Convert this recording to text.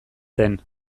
zen